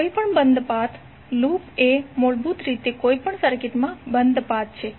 કોઈપણ બંધ path loop એ મૂળભૂત રીતે કોઈપણ સર્કિટમાં બંધ પાથ છે